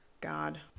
God